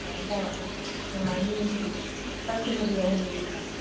ꯑꯗꯨꯃꯥꯏꯅ ꯇꯧꯔꯒ ꯅꯨꯡꯉꯥꯏꯅꯤꯌꯦ ꯑꯗꯨꯗꯤ ꯈꯔ ꯊꯨꯅꯕꯨ ꯌꯧꯍꯟꯅꯤꯡꯉꯤꯅꯦ